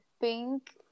pink